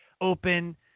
open